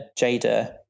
Jada